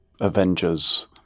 Avengers